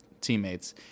teammates